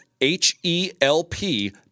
H-E-L-P